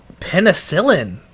penicillin